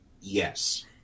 yes